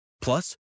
Plus